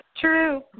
true